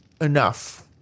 enough